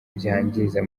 byangiza